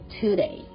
today